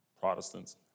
Protestants